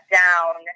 down